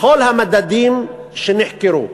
בכל המדדים שנחקרו,